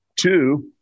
Two